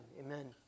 Amen